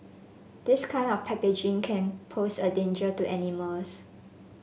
this kind of packaging can pose a danger to animals